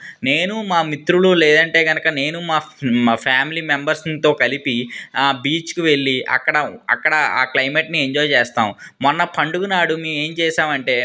నేను మా మిత్రులు లేదంటే కనక నేను మా మా ఫ్యామిలీ మెంబర్స్తో కలిపి ఆ బీచ్కి వెళ్ళి అక్కడ అక్కడ ఆ క్లైమెట్ని ఎంజాయ్ చేస్తాం మొన్న పండుగ నాడు మేం ఏం చేసామంటే